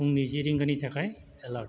फुंनि जि रिंगानि थाखाय एलार्म